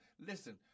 listen